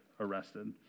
Arrested